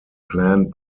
planned